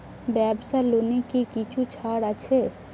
ব্যাবসার লোনে কি কিছু ছাড় আছে?